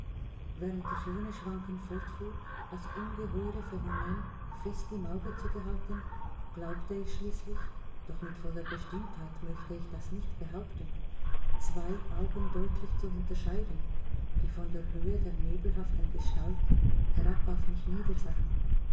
während ich ohne schwanken fortfuhr das ungeheure phänomen fest im auge zu behalten glaubte ich schließlich doch mit voller bestimmtheit möchte ich das nicht behaupten zwei augen deutlich zu unterscheiden die von der höhe der nebelhaften gestalt herab auf mich niedersahen